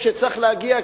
כשצריך להגיע,